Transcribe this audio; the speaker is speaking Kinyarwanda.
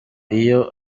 iyo